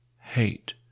hate